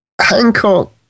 Hancock